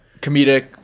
comedic